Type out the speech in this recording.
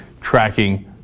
tracking